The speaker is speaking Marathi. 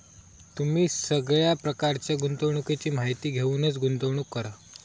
तुम्ही सगळ्या प्रकारच्या गुंतवणुकीची माहिती घेऊनच गुंतवणूक करा